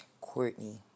Courtney